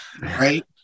Right